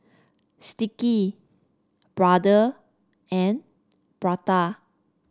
Sticky Brother and Prada